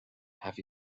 have